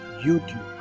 YouTube